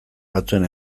batzuen